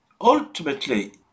ultimately